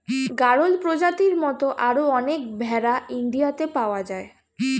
গাড়ল প্রজাতির মত আরো অনেক ভেড়া ইন্ডিয়াতে পাওয়া যায়